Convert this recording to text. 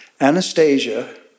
Anastasia